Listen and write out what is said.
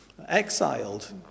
Exiled